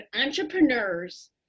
entrepreneurs